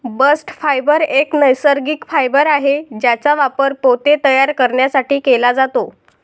bast fibre एक नैसर्गिक fibre आहे ज्याचा वापर पोते तयार करण्यासाठी केला जातो